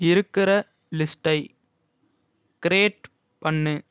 இருக்கிற லிஸ்ட்டை க்ரியேட் பண்ணு